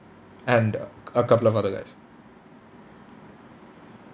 and uh a couple of other guys